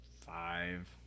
five